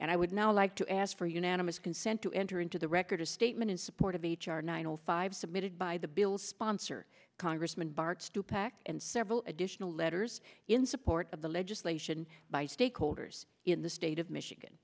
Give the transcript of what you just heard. and i would now like to ask for unanimous consent to enter into the record a statement in support of h r nine o five submitted by the bill sponsor congressman bart stupak and several additional letters in support of the legislation by stakeholders in the state of michigan